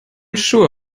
sure